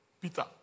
Peter